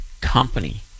company